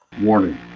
Warning